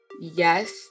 yes